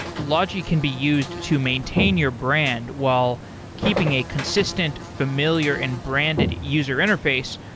logi can be used to maintain your brand while keeping a consistent, familiar and branded user interface,